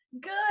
Good